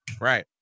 Right